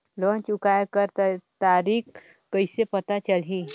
Loan चुकाय कर तारीक कइसे पता चलही?